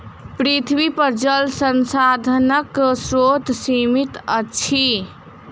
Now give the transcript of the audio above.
पृथ्वीपर जल संसाधनक स्रोत सीमित अछि